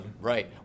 Right